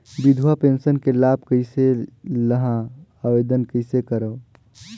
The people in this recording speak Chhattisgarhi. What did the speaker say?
विधवा पेंशन के लाभ कइसे लहां? आवेदन कइसे करव?